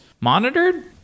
monitored